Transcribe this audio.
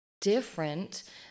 different